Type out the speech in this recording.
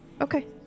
okay